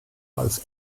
als